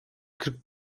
kırk